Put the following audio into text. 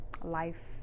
life